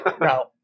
no